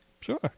Sure